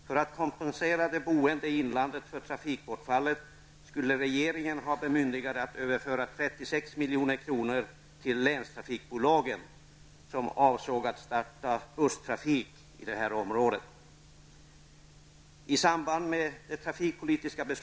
För att kompensera de boende i inlandet för trafikbortfallet skulle regeringen ha bemyndigande att överföra 36 milj.kr. till länstrafikbolagen, vilka avsåg att starta busstrafik i det här områden.